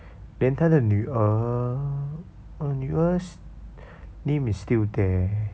then 他的女儿 her 女儿 name is still there